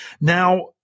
Now